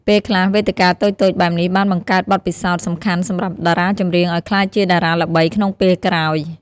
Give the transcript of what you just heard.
ពេលខ្លះ វេទិកាតូចៗបែបនេះបានបង្កើតបទពិសោធន៍សំខាន់សម្រាប់តារាចម្រៀងឲ្យក្លាយជាតារាល្បីក្នុងពេលក្រោយ។